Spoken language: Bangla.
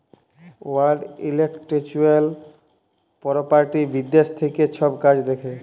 ওয়াল্ড ইলটেল্যাকচুয়াল পরপার্টি বিদ্যাশ থ্যাকে ছব কাজ দ্যাখে